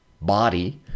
body